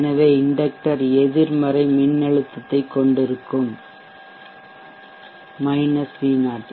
எனவே இண்டெக்டர் எதிர்மறை மின்னழுத்தத்தைக் கொண்டிருக்கும் -V0